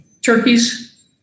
turkeys